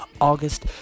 August